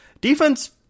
Defense